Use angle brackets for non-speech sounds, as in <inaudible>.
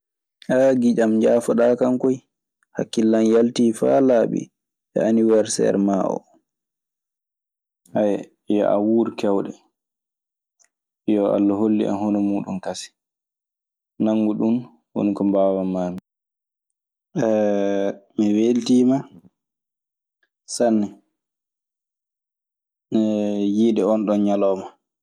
<hesitation> "giƴan njaafoɗaa kan koy. Hakkille an yaltii faa laaɓi e aniwerseer maa oo. <hesitation> yo a wuur keewɗe, yo Alla hollu en hono muuɗun kasen. Nanngu ɗun woni ko mbaawanmaami. <hesitation> Mi weltiima sanne <hesitation> yiide onɗon ñalawma. "